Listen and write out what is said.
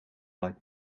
like